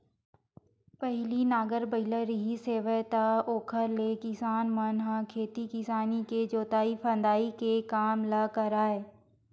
पहिली नांगर बइला रिहिस हेवय त ओखरे ले किसान मन ह खेती किसानी के जोंतई फंदई के काम ल करय